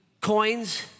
coins